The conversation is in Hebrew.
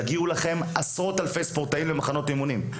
יגיעו אליכם עשרות אלפי ספורטאים למחנות אימונים,